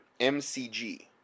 mcg